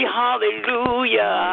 hallelujah